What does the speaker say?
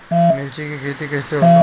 मिर्च के खेती कईसे होला?